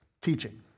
teaching